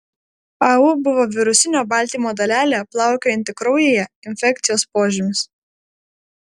au buvo virusinio baltymo dalelė plaukiojanti kraujyje infekcijos požymis